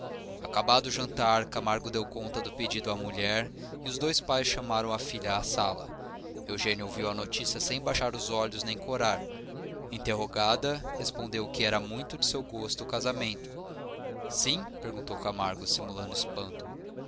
acabado o jantar camargo deu conta do pedido à mulher e os dois pais chamaram a filha à sala eugênia ouviu a notícia sem baixar os olhos nem corar interrogada respondeu que era muito do seu gosto o casamento sim perguntou camargo simulando espanto